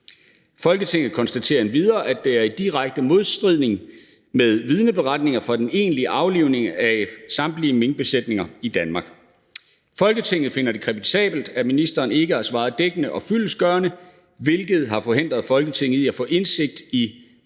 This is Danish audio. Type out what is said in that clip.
Folketinget konstaterer endvidere, at dette er i direkte modstrid med vidneberetninger fra den egentlige aflivning af samtlige minkbesætninger i Danmark. Folketinget finder det kritisabelt, at ministeren ikke har svaret dækkende og fyldestgørende, hvilket har forhindret Folketinget i at få indsigt i